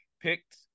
picked